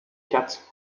cat